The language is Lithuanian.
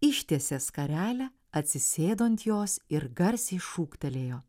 ištiesė skarelę atsisėdo ant jos ir garsiai šūktelėjo